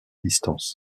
distance